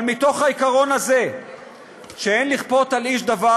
אבל מתוך העיקרון הזה שאין לכפות על איש דבר,